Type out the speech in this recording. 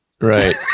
Right